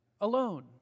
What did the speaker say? alone